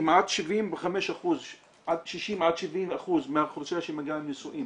כמעט 60% עד 70% מהאוכלוסייה שמגיעה הם נשואים.